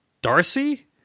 Darcy